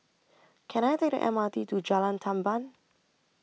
Can I Take The M R T to Jalan Tamban